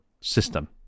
system